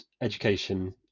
education